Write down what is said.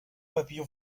papillon